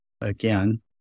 again